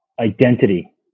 identity